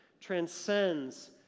transcends